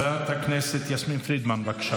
עושה עבודה מעולה.